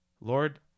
Lord